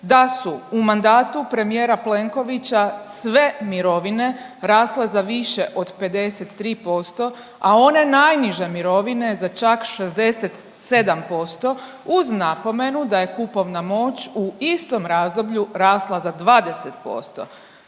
da su u mandatu premijera Plenkovića sve mirovine rasle za više od 53%, a one najniže mirovine za čak 67% uz napomenu da je kupovna moć u istom razdoblju rasla za 20%.